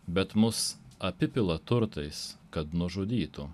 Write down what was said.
bet mus apipila turtais kad nužudytų